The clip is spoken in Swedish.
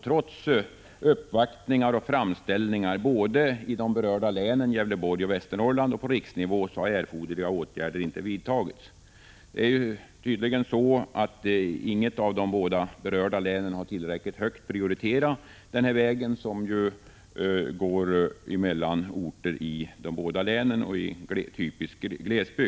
Trots uppvaktningar och framställningar både i de berörda länen, Gävleborgs län och Västernorrlands län, och på riksnivå, har erforderliga åtgärder inte vidtagits. Det är tydligen så att inget av de båda berörda länen har tillräckligt högt prioriterat denna väg, som ju går mellan orter i de båda — Prot. 1985/86:143 länen. Det är fråga om typisk glesbygd.